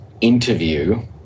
interview